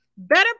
Better